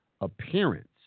appearance